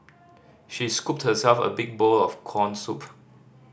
she scooped herself a big bowl of corn soup